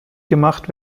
gemacht